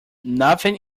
nothing